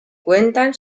cuentan